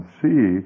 see